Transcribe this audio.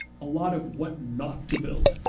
a lot of what not to build.